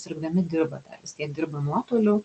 sirgdami dirba tą vis tiek dirba nuotoliu